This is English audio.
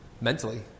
mentally